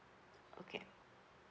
okay